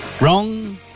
Wrong